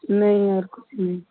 नहीं और कुछ नहीं